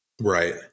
right